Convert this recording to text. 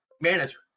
manager